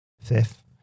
Fifth